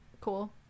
Cool